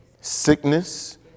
sickness